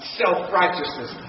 self-righteousness